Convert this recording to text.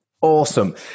Awesome